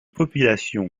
population